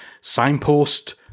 signpost